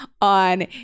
on